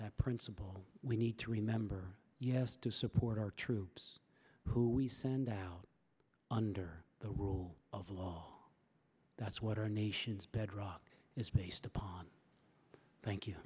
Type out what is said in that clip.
that principle we need to remember to support our troops who we send out under the rule of law that's what our nation's bedrock is based upon thank you